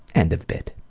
end of bit.